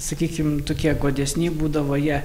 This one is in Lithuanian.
sakykim tokie godesni būdavo jie